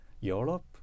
Europe